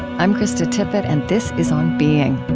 i'm krista tippett, and this is on being